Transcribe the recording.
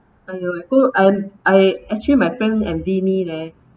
!aiyo! I'm I actually my friend envy me leh